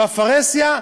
בפרהסיה,